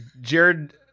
Jared